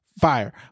Fire